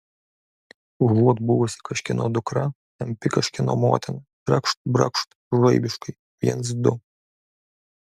užuot buvusi kažkieno dukra tampi kažkieno motina trakšt brakšt žaibiškai viens du